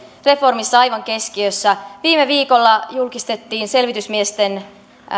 reformissa aivan keskiössä viime viikolla julkistettiin selvitysmiesten